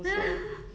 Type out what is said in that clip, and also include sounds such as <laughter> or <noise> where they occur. <noise>